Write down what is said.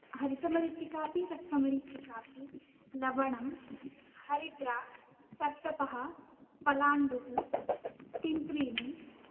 हरितमरीचिका अपि रक्तमरीचिका अपि लवणं हरिद्रा सर्षपः पलाण्डुः तिन्त्रीणि